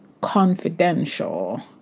confidential